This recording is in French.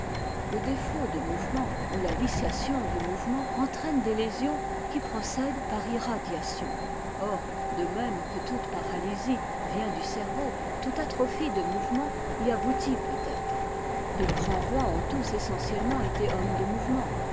le défaut de mouvement ou la viciation du mouvement entraîne des lésions qui procèdent par irradiation or de même que toute paralysie vient du cerveau toute atrophie de mouvement y aboutit peut-être les grands rois ont tous essentiellement été hommes de mouvement